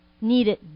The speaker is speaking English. needed